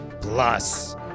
Plus